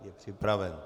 Je připraven.